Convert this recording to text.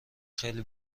خیلی